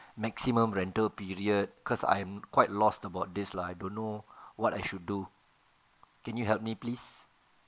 maximum rental period cos' I'm quite lost about this lah I don't know what I should do can you help me please